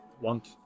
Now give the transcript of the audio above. want